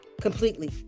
completely